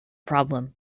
problem